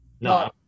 No